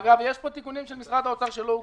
אגב, יש פה תיקונים של משרד האוצר, שלא הוקראו.